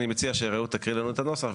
אני מציע שרעות תקריא לנו את הנוסח,